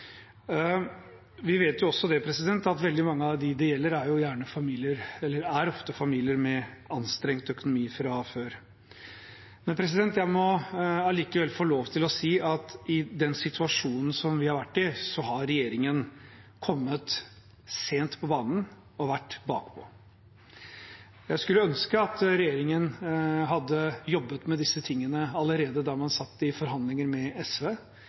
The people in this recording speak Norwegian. Vi vet at veldig mange av dem det gjelder, er familier med anstrengt økonomi fra før. Jeg må allikevel få lov til å si at i den situasjonen som vi har vært i, har regjeringen kommet sent på banen og vært bakpå. Jeg skulle ønske at regjeringen hadde jobbet med disse tingene allerede da man satt i forhandlinger med SV.